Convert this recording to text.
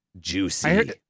juicy